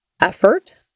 effort